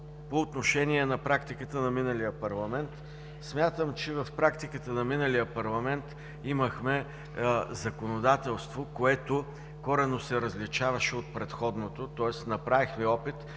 по отношение практиката на миналия парламент. Смятам, че в практиката на миналия парламент имахме законодателство, което коренно се различаваше от предходното, тоест направихме опит